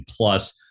plus